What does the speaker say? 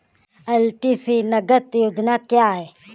LTC नगद योजना क्या है?